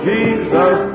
Jesus